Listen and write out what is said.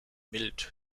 mild